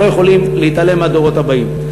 אנחנו לא יכולים להתעלם מהדורות באים.